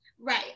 Right